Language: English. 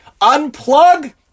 Unplug